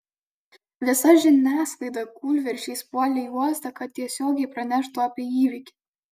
visa žiniasklaida kūlvirsčiais puolė į uostą kad tiesiogiai praneštų apie įvykį